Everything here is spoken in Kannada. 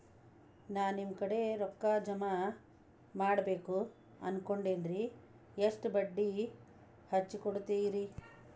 ನಾ ನಿಮ್ಮ ಕಡೆ ರೊಕ್ಕ ಜಮಾ ಮಾಡಬೇಕು ಅನ್ಕೊಂಡೆನ್ರಿ, ಎಷ್ಟು ಬಡ್ಡಿ ಹಚ್ಚಿಕೊಡುತ್ತೇರಿ?